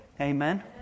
Amen